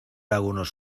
algunos